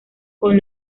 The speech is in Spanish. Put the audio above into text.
con